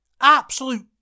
Absolute